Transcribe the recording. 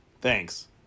Thanks